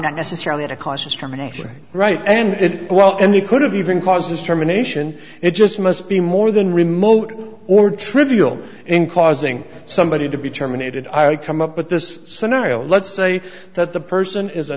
not necessarily a cautious termination right and well and you could have even causes terminations it just must be more than remote or trivial in causing somebody to be terminated i come up with this scenario let's say that the person is a